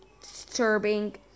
disturbing